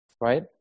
right